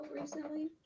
recently